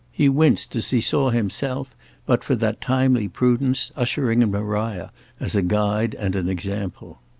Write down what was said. he winced as he saw himself but for that timely prudence ushering in maria as a guide and an example.